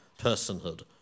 personhood